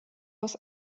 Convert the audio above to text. aus